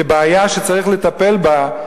כבעיה שצריך לטפל בה,